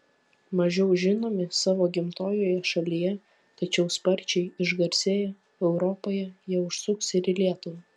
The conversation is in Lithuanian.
mažiau žinomi savo gimtojoje šalyje tačiau sparčiai išgarsėję europoje jie užsuks ir į lietuvą